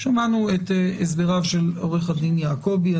יש כבר פסקי דין לגירושין בחו"ל.